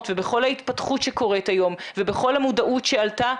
ובכל ההתפתחות שקורית היום ובכל המודעות שעלתה.